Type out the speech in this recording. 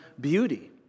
beauty